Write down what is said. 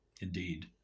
indeed